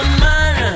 man